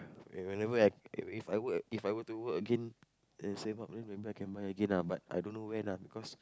whenever I if if I work at if I were to work again and save up then maybe I can buy again lah but I don't know when ah because